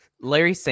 Larry